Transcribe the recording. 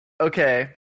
Okay